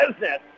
business